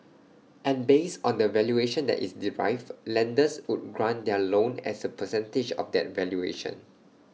and based on the valuation that is derived lenders would grant their loan as A percentage of that valuation